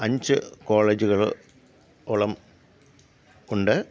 അഞ്ച് കോളേജുകള് ഓളം ഉണ്ട്